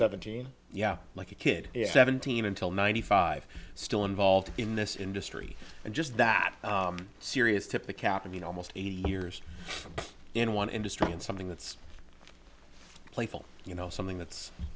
seventeen yeah like a kid seventeen until ninety five still involved in this industry and just that serious tip the cap and you know almost eighty years in one industry and something that's playful you know something that's